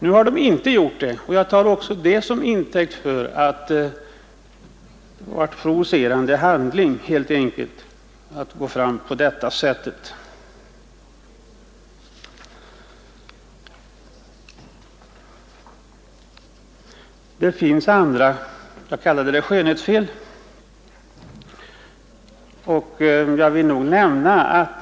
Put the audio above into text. Nu har de inte gjort det, och jag tar också det som intäkt för av Remmene skjutfält att det helt enkelt varit fråga om en provocerande handling att gå fram på det sätt som skett. Det är också andra omständigheter — jag kallade dem förut för skönhetsfel — som bör nämnas i sammanhanget.